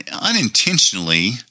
unintentionally